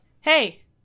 Hey